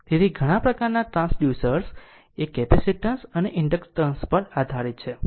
તેથી ઘણા પ્રકારનાં ટ્રાંસડ્યુસર્સ એ કેપેસિટીન્સ અને ઇન્ડક્ટન્સ પર આધારિત છે